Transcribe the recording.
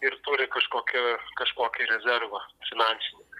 ir turi kažkokio kažkokį rezervą finansinį